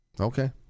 Okay